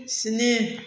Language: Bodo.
स्नि